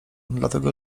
dlatego